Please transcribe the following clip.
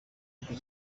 ati